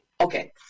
Okay